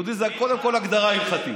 יהודי זה קודם כול הגדרה הלכתית.